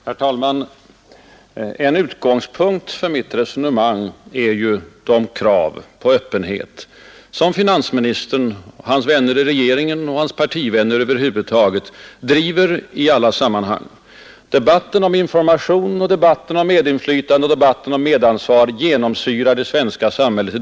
Herr talman! En utgångspunkt för mitt resonemang är ju det krav på öppenhet som finansministern, hans vänner i regeringen och hans partivänner över huvud taget driver i andra sammanhang. Debatten om information, medinflytande och medansvar genomsyrar dagens svenska samhälle.